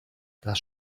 das